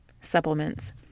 supplements